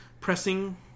pressing